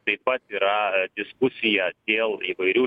taip pat yra diskusija dėl įvairių